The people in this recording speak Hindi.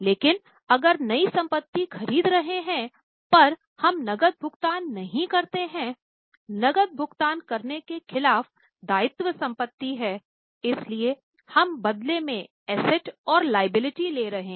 लेकिन अगर नई संपत्ति ख़रीद रहे हैं पर हम नकद भुगतान नहीं करते हैं नकद भुगतान करने के खिलाफ दायित्व संपत्ति है इसलिए हम बदले में एसेट और लायबिलिटी ले रहे हैं